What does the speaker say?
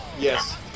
Yes